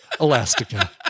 Elastica